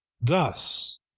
thus